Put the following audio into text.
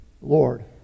Lord